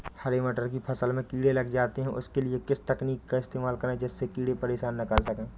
हरे मटर की फसल में कीड़े लग जाते हैं उसके लिए किस तकनीक का इस्तेमाल करें जिससे कीड़े परेशान ना कर सके?